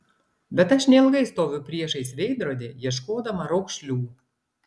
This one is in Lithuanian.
bet aš neilgai stoviu priešais veidrodį ieškodama raukšlių